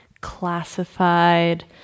classified